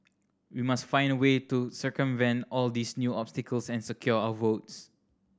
we must find a way to circumvent all these new obstacles and secure our votes